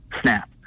snap